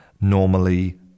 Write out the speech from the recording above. normally